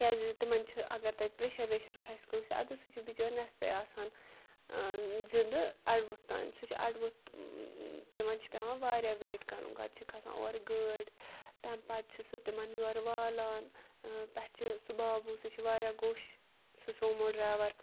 کیٛازِ تِمَن چھِ اگر تَتہِ پرٛیشَر ویشَر کھَسہِ کٲنٛسہِ اَدٕ سُہ چھُ بِچور نٮ۪صفَے آسان زِدٕ اَڑووٚتھ تام سُہ چھِ اَڑٕووٚتھ تِمَن چھِ پٮ۪وان واریاہ ویٹ کَرُن گۄڈٕ چھِ کھَسان اورٕ گٲڑۍ تَمہِ پَتہٕ چھُ سُہ تِمَن یورٕ والان پٮ۪ٹھٕ چھِ سُہ بابوٗ سُہ چھُ واریاہ گوٚش سُہ سوموٗ ڈرٛیوَر